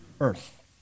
earth